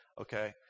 Okay